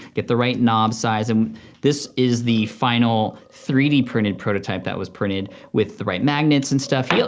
get the right knob size, and this is the final three d printed prototype that was printed with the right magnets and stuff. yeah